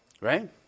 Right